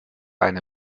eine